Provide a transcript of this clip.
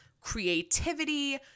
creativity